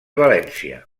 valència